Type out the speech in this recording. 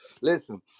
Listen